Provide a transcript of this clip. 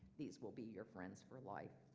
these will be your friends for life.